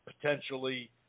potentially